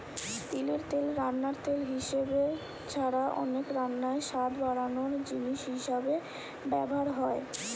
তিলের তেল রান্নার তেল হিসাবে ছাড়া অনেক রান্নায় স্বাদ বাড়ানার জিনিস হিসাবে ব্যভার হয়